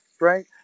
right